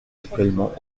actuellement